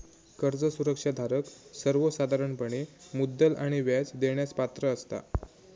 कर्ज सुरक्षा धारक सर्वोसाधारणपणे मुद्दल आणि व्याज देण्यास पात्र असता